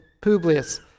Publius